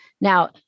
Now